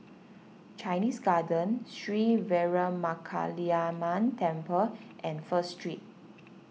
Chinese Garden Sri Veeramakaliamman Temple and First Street